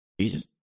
Jesus